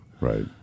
right